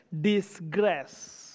disgrace